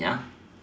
ya